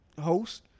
host